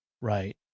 Right